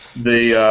the ah.